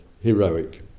heroic